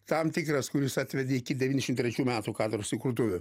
tam tikras kuris atvedė iki devyniasdešim trečių metų katedros įkurtuvių